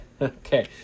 Okay